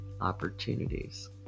opportunities